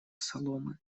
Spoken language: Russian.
соломы